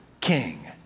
king